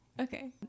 Okay